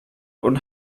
und